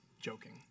joking